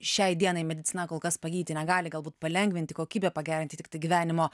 šiai dienai medicina kol kas pagyditi negali galbūt palengvinti kokybę pagerinti tiktai gyvenimo